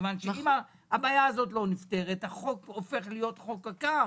אם הבעיה הזאת לא נפתרת, החוק הופך להיות חוק עקר.